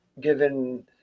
given